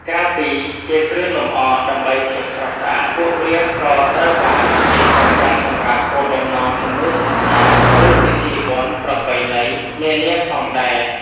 ក្រៅពីជាគ្រឿងលម្អដើម្បីភាពស្រស់ស្អាត ពួកវាក៏ត្រូវបានគេប្រើប្រាស់សម្រាប់ គោលបំណងជំនឿសាសនា ឬពិធីបុណ្យប្រពៃណី នានាផងដែរ។